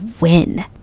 win